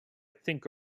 think